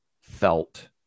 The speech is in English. felt